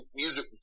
music